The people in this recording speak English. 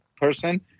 person